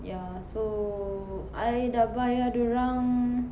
ya so I dah bayar dorang